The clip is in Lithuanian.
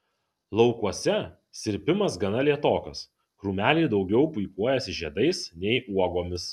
laukuose sirpimas gana lėtokas krūmeliai daugiau puikuojasi žiedais nei uogomis